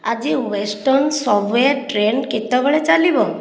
ଆଜି western subway train କେତେବେଳେ ଚାଲିବ